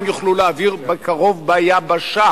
הם יוכלו להעביר בקרוב ביבשה,